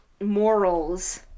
morals